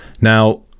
Now